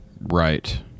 Right